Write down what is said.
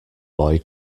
boy